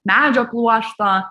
medžio pluošto